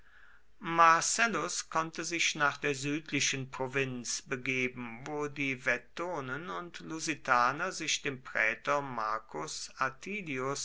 marcellus konnte sich nach der südlichen provinz begeben wo die vettonen und lusitaner sich dem prätor marcus atilius